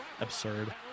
absurd